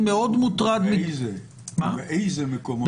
ובאיזה מקומות.